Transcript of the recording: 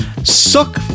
Suck